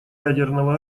ядерного